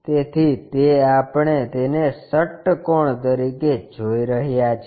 તેથી તે આપણે તેને ષટ્કોણ તરીકે જોઈ રહ્યા છીએ